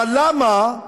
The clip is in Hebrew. אבל למה,